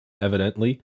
Evidently